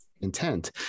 intent